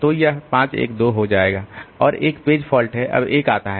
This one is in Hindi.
तो यह 5 1 2 हो जाएगा और एक पेज फॉल्ट है अब 1 आता है